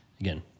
again